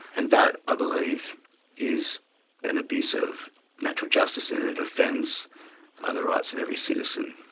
and that i believe is an abuse of natural justice and it offends ah the rights of every citizen.